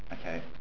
Okay